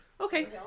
Okay